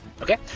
Okay